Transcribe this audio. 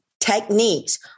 techniques